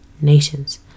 nations